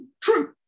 true